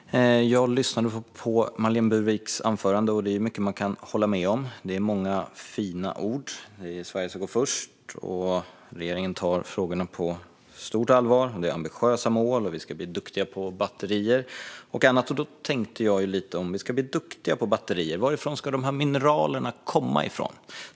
Herr talman! Jag lyssnade på Marlene Burwicks anförande. Det är mycket man kan hålla med om, och det är många fina ord: Sverige ska gå först, regeringen tar frågorna på stort allvar, det är ambitiösa mål och vi ska bli duktiga på batterier och annat. Men om vi ska bli duktiga på batterier, varifrån ska mineralet komma?